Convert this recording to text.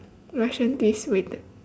russian twist weighted